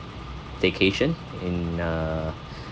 staycation in uh